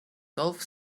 golf